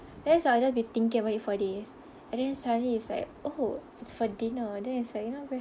then it's like I'll either be thinking about it for days and then suddenly is like oh it's for dinner then it's like you know